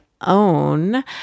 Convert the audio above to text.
own